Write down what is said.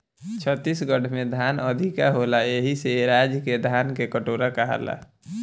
छत्तीसगढ़ में धान अधिका होला एही से ए राज्य के धान के कटोरा कहाला